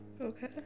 Okay